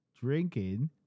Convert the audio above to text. drinking